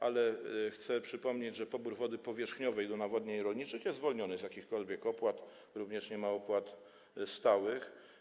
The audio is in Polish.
Ale chcę przypomnieć, że pobór wody powierzchniowej do nawodnień rolniczych jest zwolniony z jakichkolwiek opłat, również nie ma opłat stałych.